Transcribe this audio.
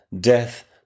Death